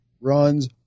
runs